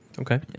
Okay